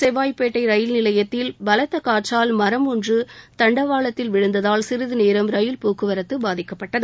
செல்வாய்ப்பேட்டை ரயில் நிலையத்தில் பலத்த காற்றால் மரம் ஒன்று தண்டவாளத்தில் விழுந்ததால் சிறிது நேரம் ரயில் போக்குவரத்து பாதிக்கப்பட்டது